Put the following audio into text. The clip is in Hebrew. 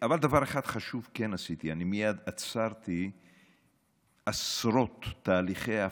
אבל דבר אחד חשוב כן עשיתי: אני מייד עצרתי עשרות תהליכי הפרטה.